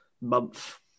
month